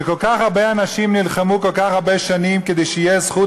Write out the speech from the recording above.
שכל כך הרבה אנשים נלחמו כל כך הרבה שנים כדי שתהיה זכות